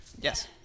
Yes